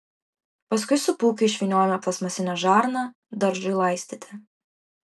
paskui su pūkiu išvyniojame plastmasinę žarną daržui laistyti